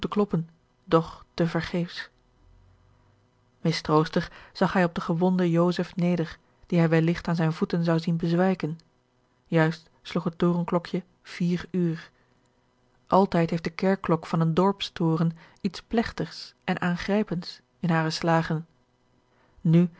doch te vergeefs mistroostig zag hij op den gewonden joseph neder dien hij welligt aan zijne voeten zou zien bezwijken juist sloeg het torenklokje vier uur altijd heeft de kerkklok van een dorpstoren iets plegtigs en aangrijpends in hare slagen nu